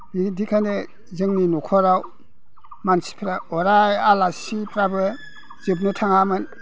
बिदिखायनो जोंनि न'खराव मानसिफ्रा अराय आलासिफ्राबो जोबनो थाङामोन